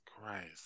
Christ